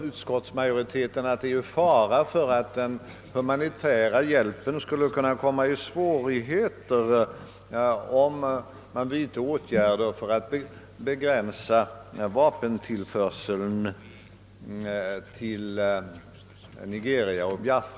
Utskottsmajoriteten säger vidare att det är fara för att den humanitära hjälpen skulle kunna komma i svårigheter om man vidtog åtgärder för att begränsa vapentillförseln till Nigeria och Biafra.